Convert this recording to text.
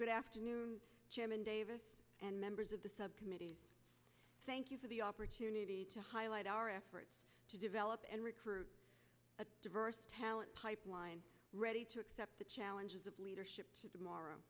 good afternoon jim and david and members of the subcommittee thank you for the opportunity to highlight our efforts to develop and recruit a diverse talent pipeline ready to accept the challenges of leadership tomorrow